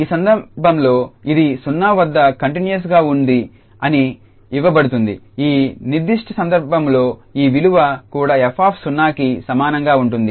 ఈ సందర్భంలో ఇది 0 వద్ద కంటిన్యూస్ గా ఉంది అని ఇవ్వబడుతుంది ఈ నిర్దిష్ట సందర్భంలో ఈ విలువ కూడా fకి సమానంగా ఉంటుంది